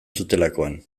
zutelakoan